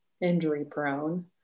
injury-prone